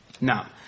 Now